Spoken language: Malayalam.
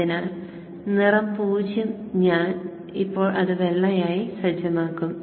അതിനാൽ നിറം 0 ഞാൻ ഇപ്പോൾ അത് വെള്ളയായി സജ്ജമാക്കും